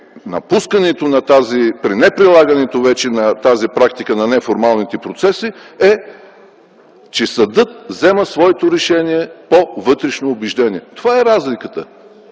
вече на тази практика на неформалните процеси е, че съдът взема своето решение по вътрешно убеждение. Това е разликата.